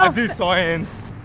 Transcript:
i do science.